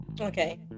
Okay